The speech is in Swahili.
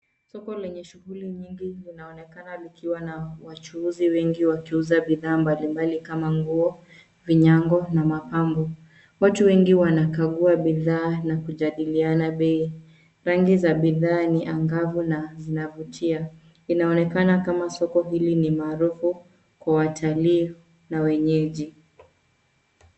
Soko lenye shughuli nyingi linaonekana likiwa na wachuuzi wengi, wakiuza bidhaa mbalimbali kama nguo, vinyago na mapambo. Watu wengi wanakagua bidhaa na kujadiliana bei. Rangi za bidhaa ni angavu na zinavutia. Inaonekana kama soko hili ni maarufu kwa watalii na wenyeji.